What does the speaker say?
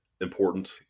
important